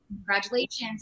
congratulations